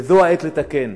וזו העת לתקן.